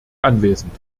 anwesend